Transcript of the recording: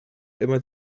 immer